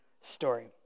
story